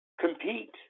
compete